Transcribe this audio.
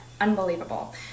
unbelievable